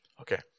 Okay